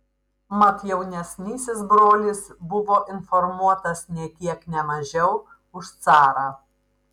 mat jaunesnysis brolis buvo informuotas nė kiek ne mažiau už carą